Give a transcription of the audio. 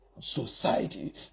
society